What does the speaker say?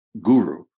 guru